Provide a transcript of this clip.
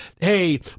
hey